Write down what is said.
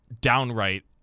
downright